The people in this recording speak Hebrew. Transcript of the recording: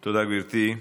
תודה, גברתי.